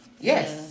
Yes